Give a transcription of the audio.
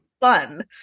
fun